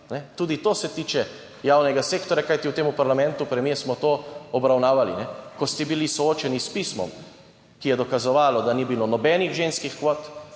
Tudi to se tiče javnega sektorja, kajti v tem parlamentu, premier, smo to obravnavali, ko ste bili soočeni s pismom, ki je dokazovalo, da ni bilo nobenih ženskih kvot